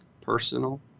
personal